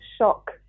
shock